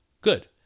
good